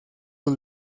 los